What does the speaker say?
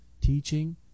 Teaching